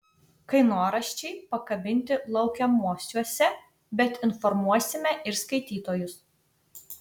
kainoraščiai pakabinti laukiamuosiuose bet informuosime ir skaitytojus